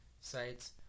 sites